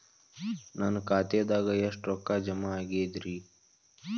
ನನ್ನ ಖಾತೆದಾಗ ಎಷ್ಟ ರೊಕ್ಕಾ ಜಮಾ ಆಗೇದ್ರಿ?